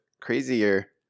crazier